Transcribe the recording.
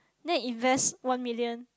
then invest one million